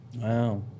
Wow